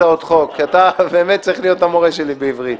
אתה באמת צריך להיות המורה שלי לעברית.